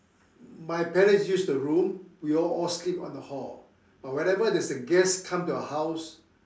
my parents use the room we all sleep on the hall but whenever there's a guest come to our house